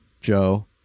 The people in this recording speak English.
Joe